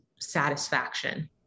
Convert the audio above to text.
satisfaction